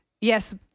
yes